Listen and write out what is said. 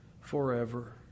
forever